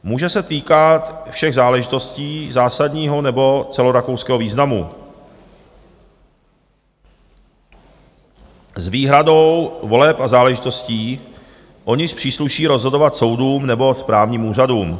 Může se týkat všech záležitostí zásadního nebo celorakouského významu s výhradou voleb a záležitostí, o nichž přísluší rozhodovat soudům nebo správním úřadům.